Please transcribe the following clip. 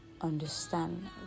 understand